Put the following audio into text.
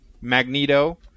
Magneto